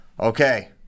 Okay